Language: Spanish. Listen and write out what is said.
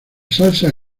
salsa